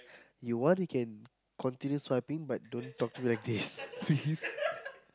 you want you can continue swiping but don't talk to me about this please